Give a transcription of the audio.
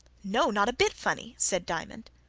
no, not a bit funny, said diamond.